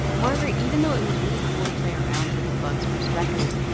however, even though it was really cool to play around with a bug's perspective,